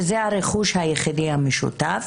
שזה הרכוש היחיד המשותף,